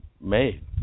made